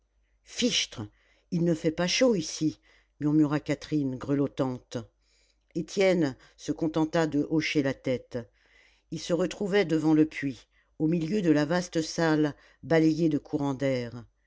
fichtre il ne fait pas chaud ici murmura catherine grelottante étienne se contenta de hocher la tête il se retrouvait devant le puits au milieu de la vaste salle balayée de courants d'air